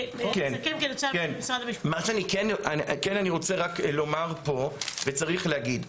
מה שאני כן רוצה לומר פה וצריך להגיד,